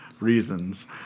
reasons